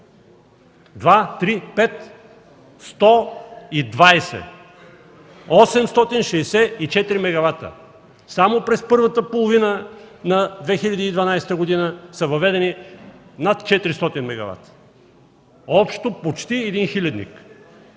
Сто и двадесет – 864 мегавата! Само през първата половина на 2012 г. са въведени над 400 мегавата, общо почти един хилядник,